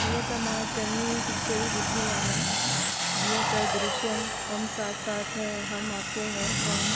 इएं त मां चङियूं ई पिकिचरूं ॾिठियूं आहिनि जीअं त द्रिश्यम हम साथ साथ हैं हम आपके हैं कौन